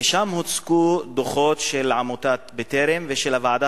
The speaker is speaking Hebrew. ושם הוצגו דוחות של עמותת "בטרם" ושל הוועדה